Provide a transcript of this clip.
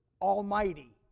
almighty